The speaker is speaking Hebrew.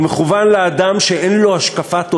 זה מכוון לאדם שאין לו השקפת עולם,